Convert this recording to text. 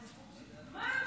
מה?